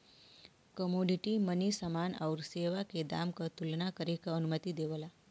commodity money समान आउर सेवा के दाम क तुलना करे क अनुमति देवला